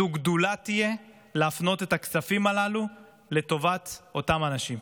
זו תהיה גדולה להפנות את הכספים הללו לטובת אותם האנשים.